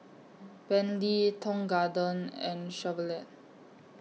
Bentley Tong Garden and Chevrolet